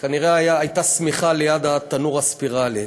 כנראה הייתה שמיכה ליד התנור הספירלי.